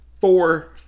four